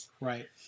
Right